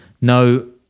No